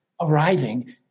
arriving